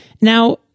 Now